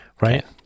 Right